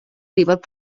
gwybod